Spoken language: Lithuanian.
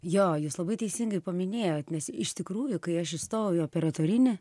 jo jūs labai teisingai paminėjot nes iš tikrųjų kai aš įstojau į operatorinę